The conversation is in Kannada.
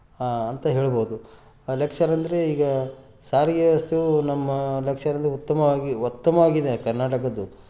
ಅಂತ ಹೇಳ್ಬೋದು ಎಲೆಕ್ಷನ್ ಅಂದರೆ ಈಗ ಸಾರಿಗೆ ವ್ಯವಸ್ಥೆಯು ನಮ್ಮ ಎಲೆಕ್ಷನಿಂದ ಉತ್ತಮವಾಗಿ ಉತ್ತಮವಾಗಿದೆ ಕರ್ನಾಟಕದ್ದು